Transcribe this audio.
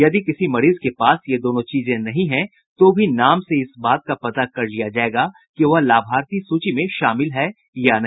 यदि किसी मरीज के पास ये दोनों चीजें नहीं हैं तो भी नाम से ही इस बात का पता कर लिया जायेगा कि वह लाभार्थी सूची में शामिल है या नहीं